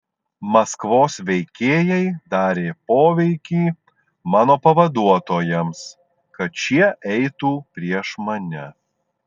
maskvos veikėjai darė poveikį mano pavaduotojams kad šie eitų prieš mane